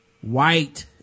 white